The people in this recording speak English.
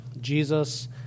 Jesus